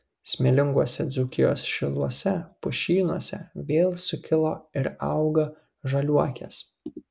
smėlinguose dzūkijos šiluose pušynuose vėl sukilo ir auga žaliuokės